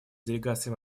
делегациям